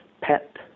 Pet